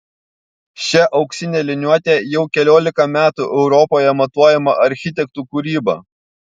šia auksine liniuote jau keliolika metų europoje matuojama architektų kūryba